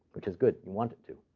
which is good. you want it to.